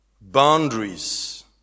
boundaries